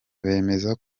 bemeza